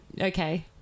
Okay